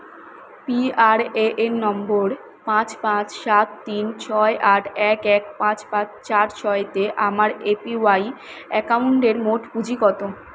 P R A N নম্বর পাঁচ পাঁচ সাত তিন ছয় আট এক এক পাঁচ পাঁচ চার ছয়তে আমার এ পি ওয়াই অ্যাকাউন্ডের মোট পুঁজি কতো